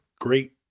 great